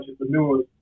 entrepreneurs